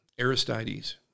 Aristides